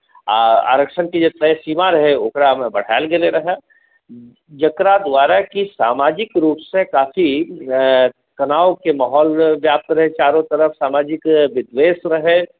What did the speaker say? आओर आरक्षणक जे तय सीमा रहै ओकरामे बढ़ाएल गेलै रहए जेकरा दुआरे कि समाजिक रूपसे काफी तनावके माहौल व्याप्त रहै चारो तरफ समाजिक विद्वेष रहै